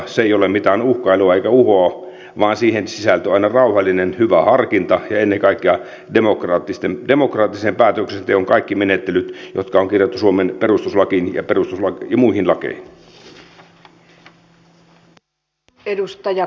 se ei ole mitään uhkailua eikä uhoa vaan siihen sisältyy aina rauhallinen hyvä harkinta ja ennen kaikkea demokraattisen päätöksenteon kaikki menettelyt jotka on kirjattu suomen perustuslakiin ja muihin lakeihin